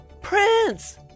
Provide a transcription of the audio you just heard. Prince